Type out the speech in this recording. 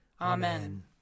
Amen